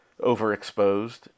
overexposed